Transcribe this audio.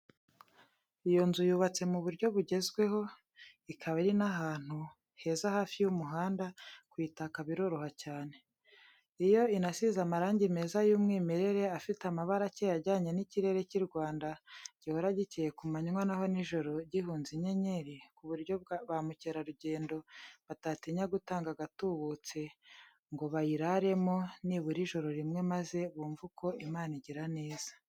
Iyo inzu yubatse mu buryo bugezweho, ikaba iri n'ahantu heza hafi y'umuhanda, kuyitaka biroroha cyane. Iyo inasize amarangi meza y'umwimerere afite amabara akeye ajyanye n'ikirere cy'i Rwanda gihora gikeye ku manywa naho nijoro gihunze inyenyeri; ku buryo ba mukerarugendo batatinya gutanga agatubutse ngo bayiraremo nibura ijoro rimwe maze bumve uko Imana igira neza.